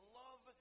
love